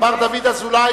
מר דוד אזולאי.